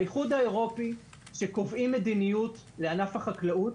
באיחוד האירופי, כשקובעים מדיניות לענף החקלאות,